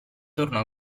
tornò